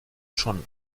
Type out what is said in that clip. schon